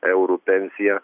eurų pensiją